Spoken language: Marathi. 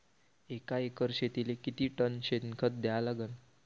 एका एकर शेतीले किती टन शेन खत द्या लागन?